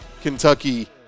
Kentucky